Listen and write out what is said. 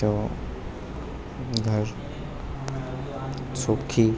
તો ઘર સુખી